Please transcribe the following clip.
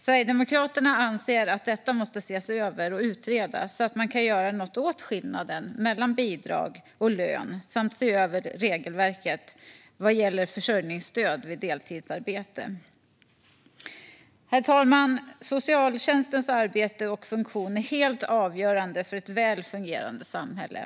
Sverigedemokraterna anser att detta måste ses över och utredas så att man kan göra något åt skillnaden mellan bidrag och lön samt se över regelverket vad gäller försörjningsstöd vid deltidsarbete. Herr talman! Socialtjänstens arbete och funktion är helt avgörande för ett väl fungerande samhälle.